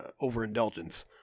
overindulgence